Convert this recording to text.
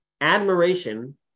Admiration